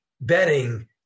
betting